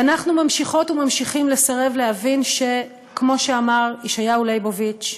ואנחנו ממשיכות וממשיכים לסרב להבין שכמו שאמר ישעיהו ליבוביץ,